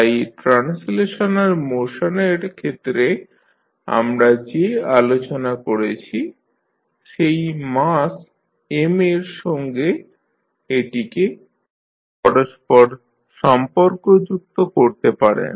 তাই ট্রান্সলেশনাল মোশনের ক্ষেত্রে আমরা যে আলোচনা করেছি সেই মাস m এর সঙ্গে এটিকে পরস্পর সম্পর্কযুক্ত করতে পারেন